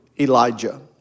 Elijah